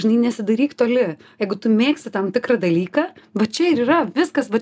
žinai nesidairyk toli jeigu tu mėgsti tą tikrą dalyką va čia ir yra viskas va